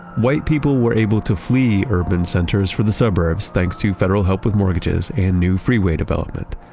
white people were able to flee urban centers for the suburbs, thanks to federal help with mortgages and new freeway development.